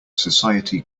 society